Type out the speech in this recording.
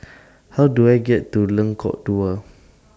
How Do I get to Lengkok Dua